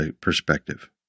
perspective